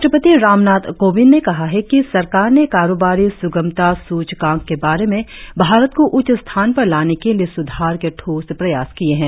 राष्ट्रपति रामनाथ कोविंद ने कहा है कि सरकार ने कारोबारी सुगमता सूचकांक के बारे में भारत को उच्च स्थान पर लाने के लिए सुधार के ठोस प्रयास किए हैं